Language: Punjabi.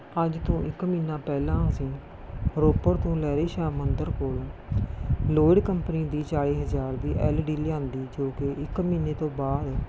ਅੱਜ ਤੋਂ ਇੱਕ ਮਹਿਨਾ ਪਹਿਲਾਂ ਅਸੀਂ ਰੋਪੜ ਤੋਂ ਲਹਿਰੀ ਸ਼ਾਹ ਮੰਦਿਰ ਕੋਲ ਲੋਇਡ ਕੰਪਨੀ ਦੀ ਚਾਲ਼ੀ ਹਜ਼ਾਰ ਦੀ ਐਲ ਈ ਡੀ ਲਿਆਂਦੀ ਜੋ ਕਿ ਇੱਕ ਮਹੀਨੇ ਤੋਂ ਬਾਅਦ